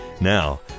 Now